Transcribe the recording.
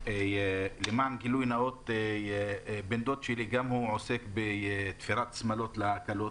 גילוי נאות, בן דוד שלי עוסק בתפירת שמלות כלה,